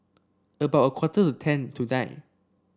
about a quarter to ten tonight